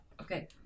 Okay